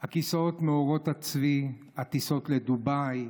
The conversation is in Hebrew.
הכיסאות מעורות הצבי, הטיסות לדובאי,